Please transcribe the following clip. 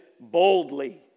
boldly